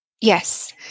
Yes